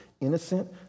innocent